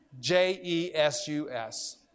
J-E-S-U-S